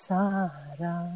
Sara